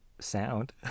sound